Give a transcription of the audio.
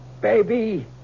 baby